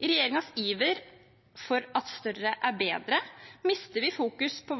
I regjeringens iver etter at større er bedre, mister vi fokus på